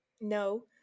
No